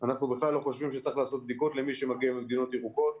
אנחנו בכלל לא חושבים שצריך לעשות בדיקות למי שמגיע ממדינות ירוקות.